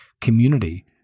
community